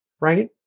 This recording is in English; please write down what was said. Right